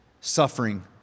suffering